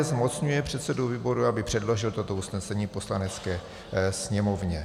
Zmocňuje předsedu výboru, aby předložil toto usnesení Poslanecké sněmovně.